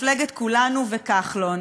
מפלגת כולנו וכחלון.